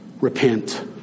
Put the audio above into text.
Repent